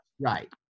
Right